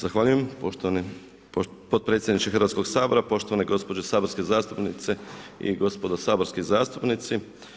Zahvaljujem poštovani podpredsjedniče Hrvatskog sabora, poštovane gospođe saborske zastupnice i gospodo saborski zastupnici.